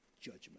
judgment